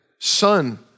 son